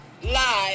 live